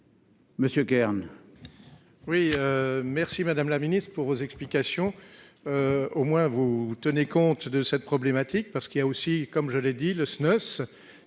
Monsieur Kern,